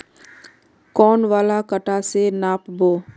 कौन वाला कटा से नाप बो?